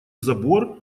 забор